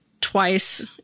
twice